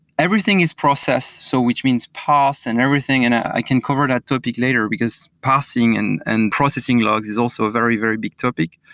everything is processed, so which means parse and everything, and i can cover that topic later, because parsing and and processing logs is also a very, very big topic.